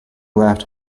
laughed